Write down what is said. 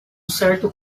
certo